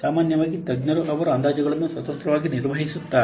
ಸಾಮಾನ್ಯವಾಗಿ ತಜ್ಞರು ಅವರು ಅಂದಾಜುಗಳನ್ನು ಸ್ವತಂತ್ರವಾಗಿ ನಿರ್ವಹಿಸುತ್ತಾರೆ